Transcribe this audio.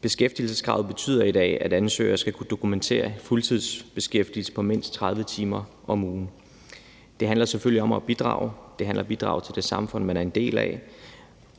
Beskæftigelseskravet betyder i dag, at ansøgere skal kunne dokumentere fuldtidsbeskæftigelse på mindst 30 timer om ugen. Det handler selvfølgelig om at bidrage; det handler om at bidrage til det samfund, man er en del af,